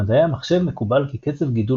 במדעי המחשב מקובל כי קצב גידול